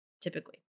typically